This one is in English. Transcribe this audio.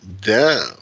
down